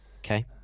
okay